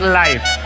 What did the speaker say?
life